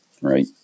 right